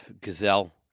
gazelle